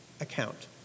account